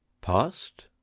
Past